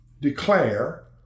declare